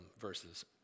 verses